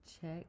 check